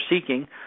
seeking